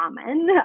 common